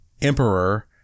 emperor